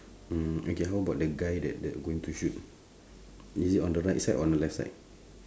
mm okay how about the guy that that going to shoot is it on the right side or on the left side